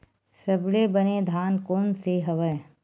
सबले बने धान कोन से हवय?